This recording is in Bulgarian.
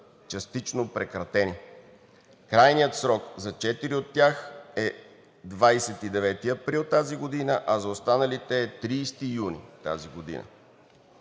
частично прекратени, а крайният срок за четири от тях е 29 април тази година, а за останалите е 30 юни тази година.